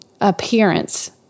appearance